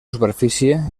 superfície